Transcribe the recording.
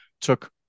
took